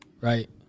Right